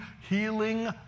healing